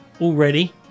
Already